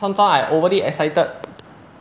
sometimes I overly excited